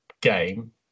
game